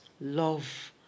love